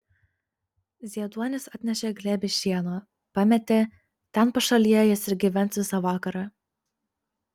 zieduonis atnešė glėbį šieno pametė ten pašalėje jis ir gyvens visą vakarą